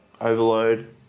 overload